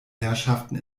herrschaften